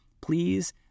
please